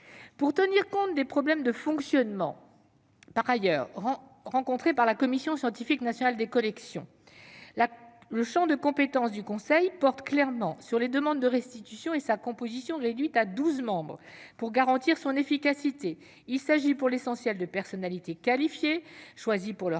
pour tenir compte des problèmes de fonctionnement rencontrés par la Commission scientifique nationale des collections, le champ de compétences du conseil porte clairement sur les demandes de restitution et sa composition se trouve réduite à douze membres, ce qui garantira son efficacité. Il s'agit, pour l'essentiel, de personnalités qualifiées, choisies pour leurs